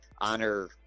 honor